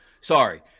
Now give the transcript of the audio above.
Sorry